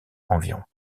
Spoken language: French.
environ